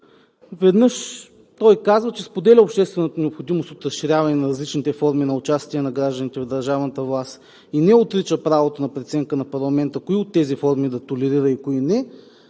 Веднъж той казва, че споделя обществената необходимост от разширяване на различните форми на участие на гражданите в държавната власт и не отрича правото на преценка на парламента кои от тези форми да толерира и кои не,